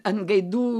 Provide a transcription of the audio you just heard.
an gaidų